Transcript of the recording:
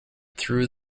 through